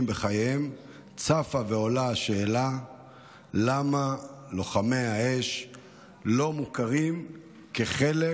בחייהם צפה ועולה השאלה למה לוחמי האש לא מוכרים כחלק